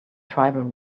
tribal